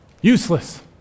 Useless